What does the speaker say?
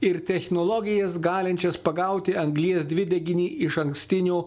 ir technologijas galinčias pagauti anglies dvideginį išankstinio